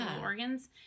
organs